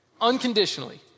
unconditionally